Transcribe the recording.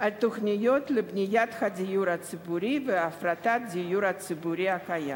התוכניות לבניית הדיור הציבורי והפרטת הדיור הציבורי הקיים.